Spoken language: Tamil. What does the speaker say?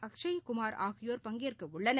அக்ஷய்குமார் ஆகியோர் பங்கேற்கஉள்ளனர்